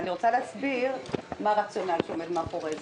אני רוצה להסביר מה הרציונל שעומד מאחורי זה.